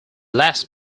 last